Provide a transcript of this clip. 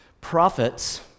Prophets